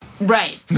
Right